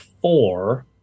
four